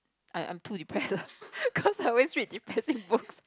I'm I'm too depressed lah cause I always read depressing books